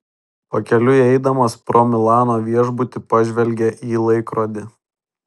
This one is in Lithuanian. pakeliui eidamas pro milano viešbutį pažvelgė į laikrodį